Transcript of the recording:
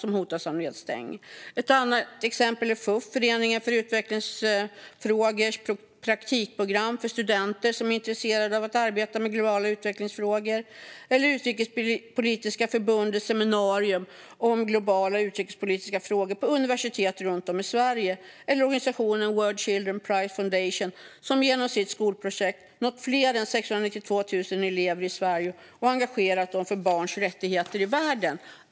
Ett annat exempel är det praktikprogram som FUF, Föreningen för Utvecklingsfrågor, har för studenter som är intresserade av att arbeta med globala utvecklingsfrågor. Vidare kan jag nämna Utrikespolitiska Förbundets seminarier om globala utrikespolitiska frågor på universitet runt om i Sverige samt organisationen World's Children's Prize Foundation, som genom sitt skolprojekt nått fler än 692 000 elever i Sverige och engagerat dem för barns rättigheter i världen.